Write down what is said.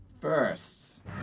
first